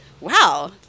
Wow